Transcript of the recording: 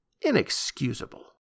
inexcusable